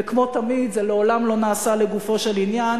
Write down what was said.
וכמו תמיד זה לעולם לא נעשה לגופו של עניין